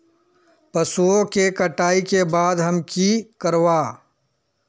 पशुओं के कटाई के बाद हम की करवा?